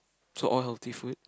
so all healthy food